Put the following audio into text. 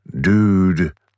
Dude